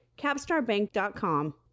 CapstarBank.com